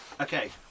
Okay